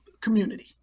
community